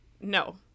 No